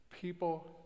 people